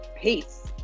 peace